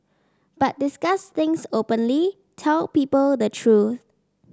but discuss things openly tell people the truth